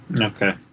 Okay